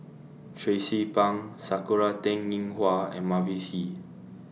Tracie Pang Sakura Teng Ying Hua and Mavis Hee